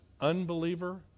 unbeliever